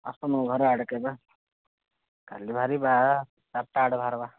ଆସୁନୁ ଘରଆଡ଼େ କେବେ କାଲି ବାହାରିବା ଚାରିଟା ଆଡ଼େ ବାହାରିବା